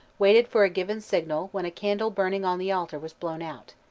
waited for a given signal when a candle burning on the altar was blown out.